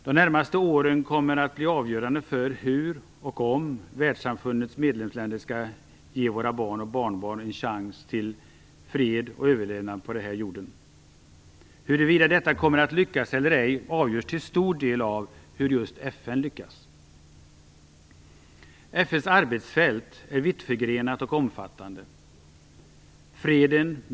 De närmaste åren kommer att bli avgörande för hur och om världssamfundets medlemsländer skall kunna ge våra barn och barnbarn en chans till fred och överlevnad här på jorden. Huruvida detta kommer att lyckas eller ej avgörs till stor del av hur FN lyckas. FN:s arbetsfält är vittförgrenat och omfattande.